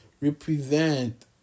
represent